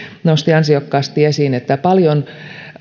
nosti ansiokkaasti esiin että paljon